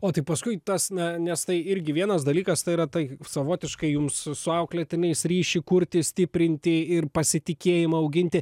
o tai paskui tas na nes tai irgi vienas dalykas tai yra tai savotiškai jums su auklėtiniais ryšį kurti stiprinti ir pasitikėjimą auginti